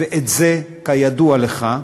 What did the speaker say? ואת זה, כידוע לך,